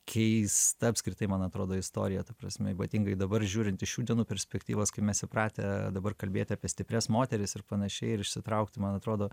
keista apskritai man atrodo istorija ta prasme ypatingai dabar žiūrint iš šių dienų perspektyvos kaip mes įpratę dabar kalbėti apie stiprias moteris ir panašiai ir išsitraukti man atrodo